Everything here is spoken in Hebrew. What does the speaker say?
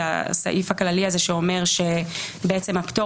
זה הסעיף הכללי הזה שאומר שבעצם הפטור